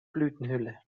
blütenhülle